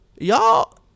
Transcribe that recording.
Y'all